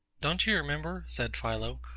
don't you remember, said philo,